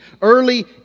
early